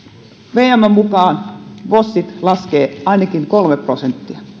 vmn mukaan vosit laskevat ainakin kolme prosenttia